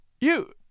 You